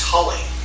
Tully